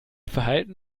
verhalten